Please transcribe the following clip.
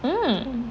mmhmm